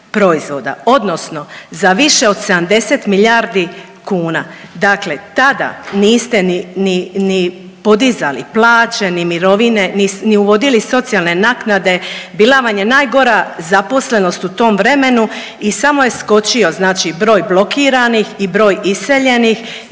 odnosno za više od 70 milijardi kuna, dakle tada niste ni, ni, ni podizali plaće, ni mirovine, ni uvodili socijalne naknade, bila vam je najgora zaposlenost u tom vremenu i samo je skočio znači broj blokiranih i broj iseljenih